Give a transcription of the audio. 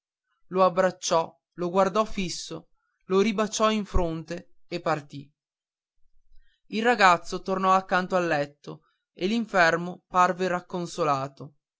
lo abbracciò lo guardò fisso lo ribaciò in fronte e partì il ragazzo tornò accanto al letto e l'infermo parve racconsolato